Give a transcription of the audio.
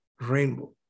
rainbow